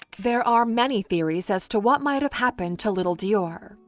there are many theories as to what might have happened to little deorr.